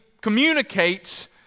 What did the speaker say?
communicates